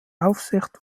aufsicht